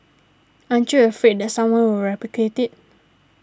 aren't you afraid that someone will replicate it